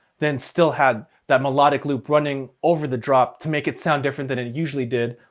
then still have that melodic loop running over the drop to make it sound different than it usually did.